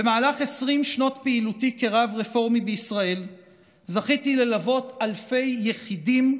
במהלך 20 שנות פעילותי כרב רפורמי בישראל זכיתי ללוות אלפי יחידים,